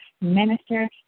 minister